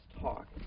talk